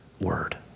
word